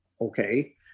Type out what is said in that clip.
okay